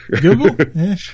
Google